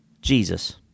Jesus